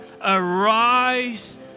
arise